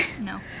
No